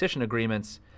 agreements